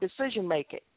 decision-making